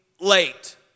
late